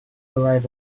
arrive